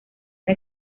una